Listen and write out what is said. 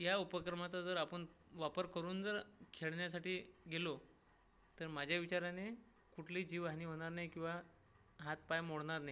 या उपक्रमाचा जर आपण वापर करून जर खेळण्यासाठी गेलो तर माझ्या विचाराने कुठलंही जीवहानी होणार नाही किंवा हातपाय मोडणार नाही